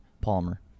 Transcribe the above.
Palmer